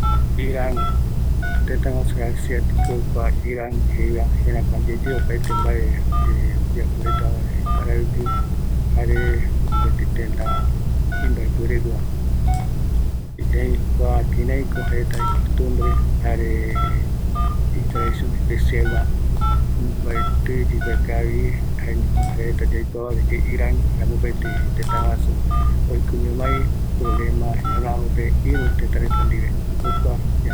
Iran icostumbre jaeko jaereta opaete mbae guinoiva jaeko poesia arte jarevi hospitalidad jare jaereta oyapovi año nuevo jae jokua supeguara reta ipöra oyapo kua reta iarano jae jokua jaereta jeko